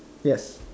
yes